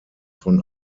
von